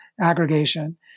aggregation